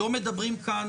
לא מדברים כאן,